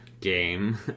game